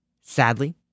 sadly